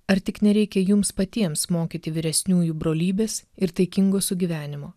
ar tik nereikia jums patiems mokyti vyresniųjų brolybės ir taikingo sugyvenimo